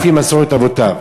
לחיות לפי מסורת אבותיו.